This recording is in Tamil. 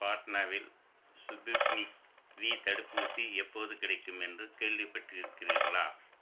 பாட்னாவில் ஸ்புட்னிக் வி தடுப்பூசி எப்போது கிடைக்கும் என்று கேள்விப்பட்டிருக்கிறீர்களா